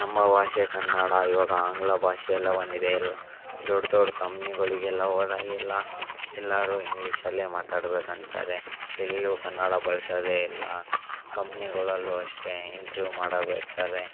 ನಮ್ಮ ಭಾಷೆ ಕನ್ನಡ ಇವಾಗ ಆಂಗ್ಲ ಭಾಷೆ ಎಲ್ಲ ಬಂದಿದೆ ಎಲ್ಲ ದೊಡ್ಡ ದೊಡ್ಡ ಕಂಪ್ನಿಗಳಿಗೆಲ್ಲ ಹೋದಾಗೆಲ್ಲ ಎಲ್ಲರೂ ಇಂಗ್ಲೀಷಲ್ಲೇ ಮಾತಾಡಬೇಕಂತಾರೆ ಎಲ್ಲೂ ಕನ್ನಡ ಬಳ್ಸೋದೇ ಇಲ್ಲ ಕಂಪ್ನಿಗಳಲ್ಲೂ ಅಷ್ಟೇ ಇಂಟ್ರ್ಯೂ ಮಾಡಬೇಕಾದ್ರೆ